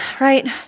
right